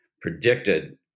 predicted